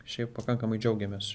šiaip pakankamai džiaugiamės